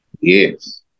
Yes